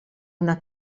una